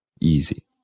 easy